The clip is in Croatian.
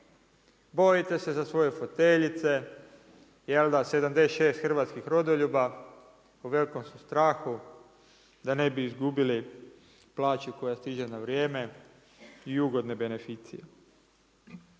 Bojite se za svoje foteljice, jel da, 76 hrvatskih rodoljuba, u velikom su strahu da ne bi izgubili plaću koja stiže na vrijeme i ugodne beneficije.